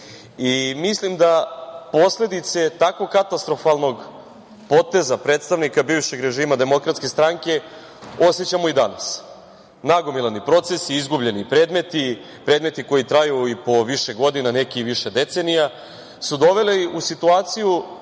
mislim posledice takvog katastrofalnog poteza predstavnika bivšeg režima DS osećamo i danas. Nagomilani procesi, izgubljeni predmeti. Predmeti koji traju po više godina, neki više decenija su doveli u situaciju